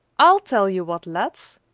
i'll tell you what let's!